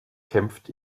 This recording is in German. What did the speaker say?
kämpft